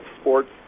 sports